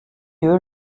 eux